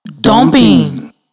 Dumping